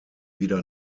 wieder